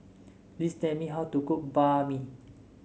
please tell me how to cook Banh Mi